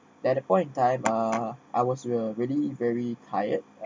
that point of time uh I was real really very tired